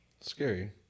scary